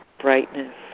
brightness